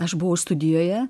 aš buvau studijoje